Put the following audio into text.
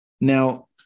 Now